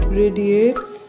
radiates